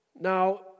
Now